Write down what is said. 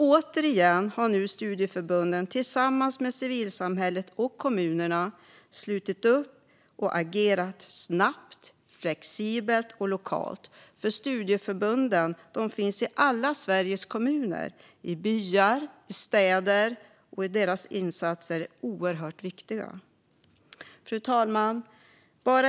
Återigen har nu studieförbunden tillsammans med civilsamhället och kommunerna slutit upp och agerat snabbt, flexibelt och lokalt. Studieförbunden finns i alla Sveriges kommuner, i byar, städer och förorter, och deras insatser är oerhört viktiga. Fru talman!